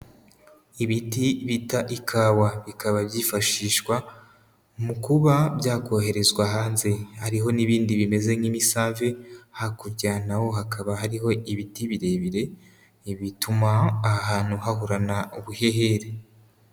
Ibiti bita ikawa, bikaba byifashishwa mu kuba byakoherezwa hanze, hariho n'ibindi bimeze nk'imisave, hakurya na ho hakaba hariho ibiti birebire, ibituma aha hantu hahorana ubuhehere.